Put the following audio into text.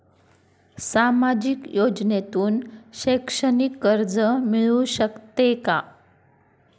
सामाजिक योजनेतून शैक्षणिक कर्ज मिळू शकते का?